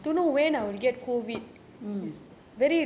mm